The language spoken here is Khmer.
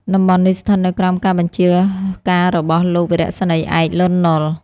តំបន់នេះស្ថិតនៅក្រោមការបញ្ជាការរបស់លោកវរសេនីយ៍ឯក លន់ ណុល។